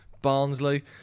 Barnsley